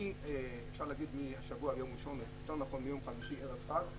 מיום חמישי, ערב חג,